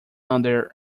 under